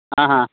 हा हा